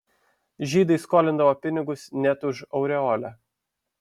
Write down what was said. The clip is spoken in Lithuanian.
žydai skolindavo pinigus net už aureolę